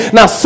Now